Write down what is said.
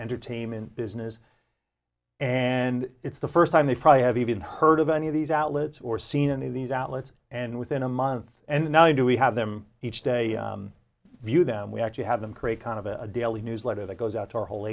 entertainment business and it's the first time they probably have even heard of any of these outlets or seen any of these outlets and within a month and now we do we have them each day view them we actually have them create kind of a daily newsletter that goes out to our whole